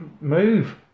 move